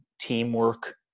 teamwork